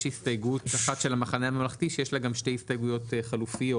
ויש הסתייגות אחת של המחנה הממלכתי שיש לה גם שתי הסתייגויות חלופיות.